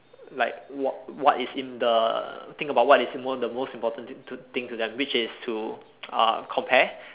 like what what is in the think about what is most the most important thing to thing to them which is to uh compare